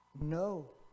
No